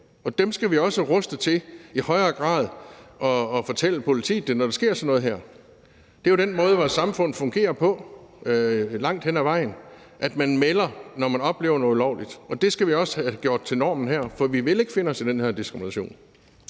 og dem skal vi også have rustet til i højere grad at fortælle politiet, når der sker sådan noget. Det er jo langt hen ad vejen den måde, vores samfund fungerer på, altså at man melder det, når man oplever noget ulovligt, og det skal vi også have gjort til normen her, for vi vil ikke finde os i den her diskrimination.